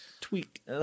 tweak